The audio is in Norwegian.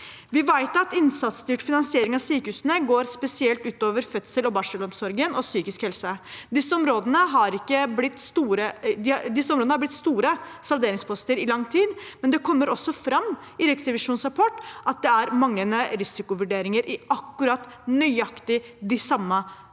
Vi vet at innsatsstyrt finansiering av sykehusene går spesielt ut over fødsels- og barselomsorgen og psykisk helse. Disse områdene har vært store salderingsposter i lang tid, men i Riksrevisjonens rapport kommer det også fram at det er manglende risikovurderinger i nøyaktig de samme